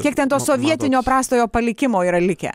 kiek ten to sovietinio prastojo palikimo yra likę